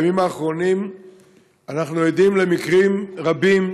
בימים האחרונים אנחנו עדים למקרים רבים